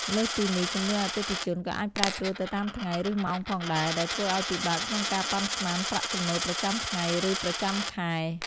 លើសពីនេះ ចំនួនអតិថិជនក៏អាចប្រែប្រួលទៅតាមថ្ងៃ ឬម៉ោងផងដែរ ដែលធ្វើឱ្យពិបាកក្នុងការប៉ាន់ស្មានប្រាក់ចំណូលប្រចាំថ្ងៃ ឬប្រចាំខែ។